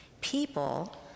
People